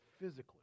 physically